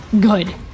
good